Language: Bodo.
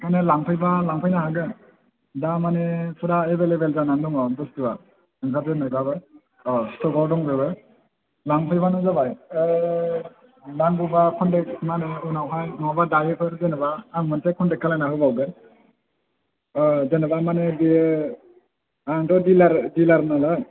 माने लांफैबा लांफैनो हागोन दा माने फुरा एबैलेबोल जानानै दङ बुस्थुआ ओंखारजेन्नायबाबो औ स्ट'कआव दंजोबो लांफैबानो जाबाय नांगौबा कन्टेक्ट मा होनो उनावहाय नङाबा दायोफोर जेनेबा आं मोनसे कनटेक्ट खालामना होबावगोन जेनेबा माने बियो आंथ' दिलार नालाय